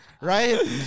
right